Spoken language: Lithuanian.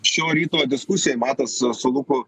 šio ryto diskusijoj matas su luku